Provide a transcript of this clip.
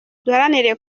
duharanire